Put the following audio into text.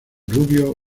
rubio